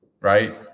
right